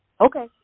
Okay